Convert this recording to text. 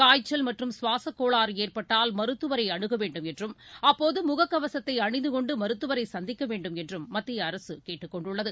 காய்ச்சல் மற்றும் குவாசக் கோளாறு ஏற்பட்டால் மருத்துவரை அனுக வேண்டும் என்றும் அப்போது முகக்கவசத்தை அணிந்து கொண்டு மருத்துவரை சந்திக்க வேண்டுமென்றும் மத்திய அரசு கேட்டுக் கொண்டுள்ளது